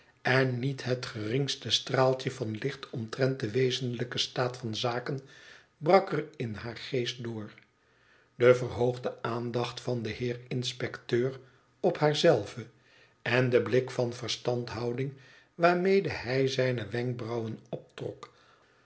en niet het geringste straaltje van licht omtrent den wezenlijken staat van zaken brak er m haar geest door de verhoogde aandacht van den heer inspecteur op haar zelve en de blik van verstandhouding waarmede hij zijne wenkbrauwen optrok